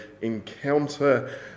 encounter